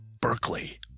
Berkeley